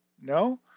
No